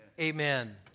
Amen